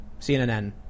CNN